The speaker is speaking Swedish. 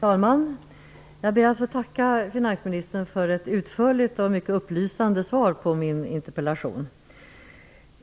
Herr talman! Jag ber att få tacka finansministern för ett utförligt och mycket upplysande svar på min interpellation.